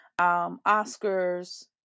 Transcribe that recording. Oscars